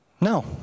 No